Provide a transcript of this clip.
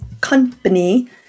company